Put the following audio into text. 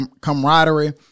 camaraderie